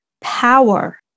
power